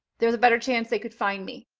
there's a better chance they could find me.